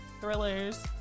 thrillers